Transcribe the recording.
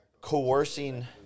coercing